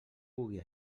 pugui